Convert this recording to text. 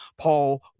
paul